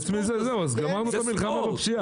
חוץ מזה זהו, אז גמרנו את המלחמה בפשיעה.